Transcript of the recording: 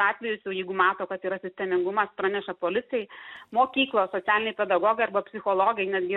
atvejus jau jeigu mato kad yra sistemingumas praneša policijai mokyklos socialiniai pedagogai arba psichologai netgi